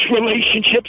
relationships